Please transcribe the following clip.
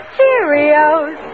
Cheerios